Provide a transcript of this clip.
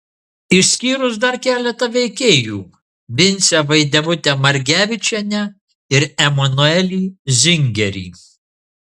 išskyrus dar keletą veikėjų vincę vaidevutę margevičienę ir emanuelį zingerį